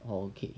okay